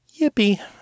Yippee